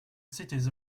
cities